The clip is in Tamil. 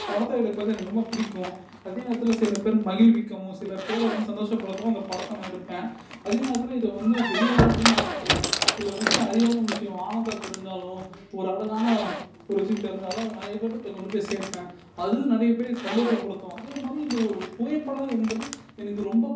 படத்தை எடுப்பது எனக்கு ரொம்ப புடிக்கும் அதே நேரத்தில் சில பேரை மகிழ்விக்கவும் சில பேரை வந்து சந்தோஷப்படுத்தவும் அந்த படத்தை நான் எடுப்பேன் அதே நேரத்தில் இதை வந்து வெளி உலகத்துக்கும் நான் காட்டுவேன் சில விஷயம் அரிதான விஷயம் ஆனதாக தெரிஞ்சாலும் ஒரு அழகான ஒரு விஷயம் தெரிஞ்சாலோ அதை நிறைய பேர்கிட்ட கொண்டு போய் சேர்ப்பேன் அதுவும் நிறைய பேரு சந்தோஷப்படுத்தும் அதேமாதிரி இந்த ஒரு புகைப்படம் என்பது எனக்கு ரொம்ப